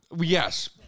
Yes